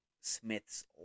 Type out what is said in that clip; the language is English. Smith's